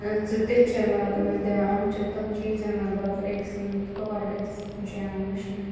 تہِ چھِ مَطلَب تِمَن دِوان یِم چھِ تِم چیٖز یِم مَطلَب أکہِ سٕنٛدۍ چھِ یِوان وٕچھنہٕ